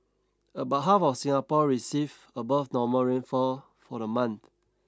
about half of Singapore received above normal rainfall for the month